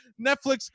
Netflix